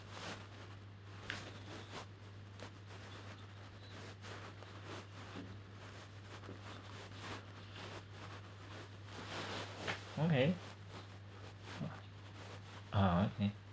okay uh uh me